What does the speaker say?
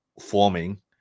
forming